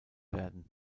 werden